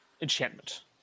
enchantment